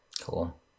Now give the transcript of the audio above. Cool